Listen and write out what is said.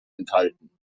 enthalten